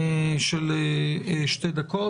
של שתי דקות.